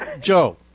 Joe